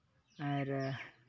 ᱟᱨ